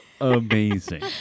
amazing